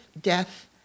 death